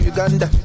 Uganda